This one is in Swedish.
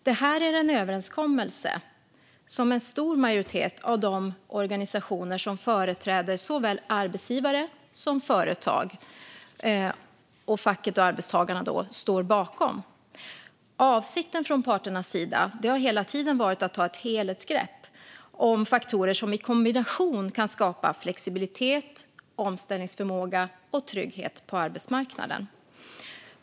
Detta är en överenskommelse som en stor majoritet av de organisationer som företräder såväl arbetsgivare och företag som fack och arbetstagare står bakom. Avsikten från parternas sida har hela tiden varit att ta ett helhetsgrepp om faktorer som i kombination kan skapa flexibilitet, omställningsförmåga och trygghet på arbetsmarknaden.